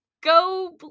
go